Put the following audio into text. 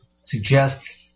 suggests